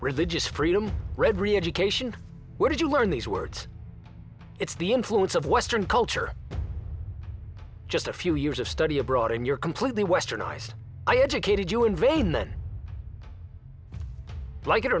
religious freedom read reeducation where did you learn these words it's the influence of western culture just a few years of study abroad and you're completely westernized i educated you invade like it